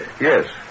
Yes